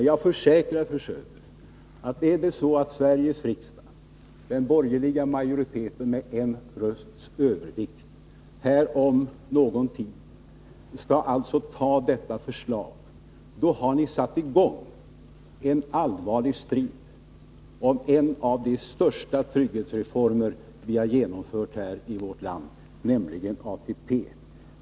Jag försäkrar, fru Söder, att om den borgerliga majoriteten i Sveriges riksdag med en rösts övervikt om någon tid antar detta förslag, då har ni satt i gång en allvarlig strid om en av de största trygghetsreformer som vi genomfört i vårt land, nämligen ATP.